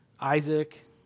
Isaac